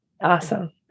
Awesome